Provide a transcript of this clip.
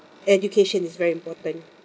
education is very important